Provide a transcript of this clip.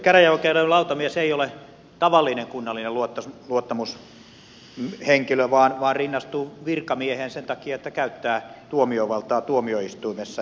käräjäoikeuden lautamies ei ole tavallinen kunnallinen luottamushenkilö vaan rinnastuu virkamieheen sen takia että käyttää tuomiovaltaa tuomioistuimessa